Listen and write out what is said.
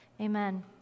Amen